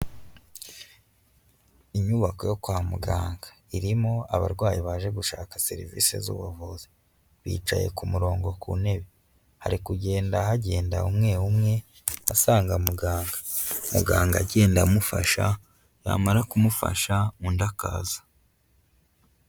Inyubako yo kwa muganga irimo abarwayi baje gushaka service z'ubuvuzi, bicaye ku murongo ku ntebe, hari kugenda hagenda umwe umwe asanga muganga, muganga agenda amufasha yamara kumufasha undi akaza.